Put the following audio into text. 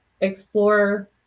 explore